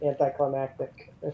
anticlimactic